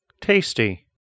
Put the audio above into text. Tasty